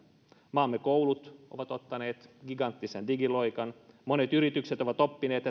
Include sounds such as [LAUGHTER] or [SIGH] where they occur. maamme koulut ovat ottaneet giganttisen digiloikan monet yritykset ovat oppineet [UNINTELLIGIBLE]